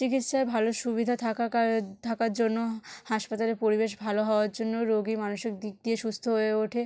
চিকিৎসার ভালো সুবিধা থাকার জন্য হাসপাতালের পরিবেশ ভালো হওয়ার জন্য রোগী মানসিক দিক দিয়ে সুস্থ হয়ে ওঠে